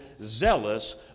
zealous